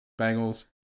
Bengals